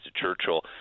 Churchill